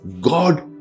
God